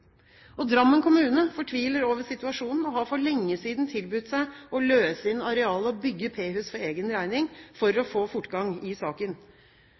Drammen kommune fortviler over situasjonen og har for lenge siden tilbudt seg å løse inn arealet og bygge P-hus for egen regning, for å få fortgang i saken.